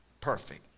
perfect